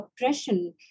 oppression